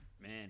Man